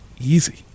easy